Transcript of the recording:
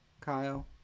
Kyle